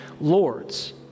lords